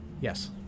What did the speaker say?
Yes